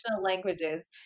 languages